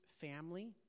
family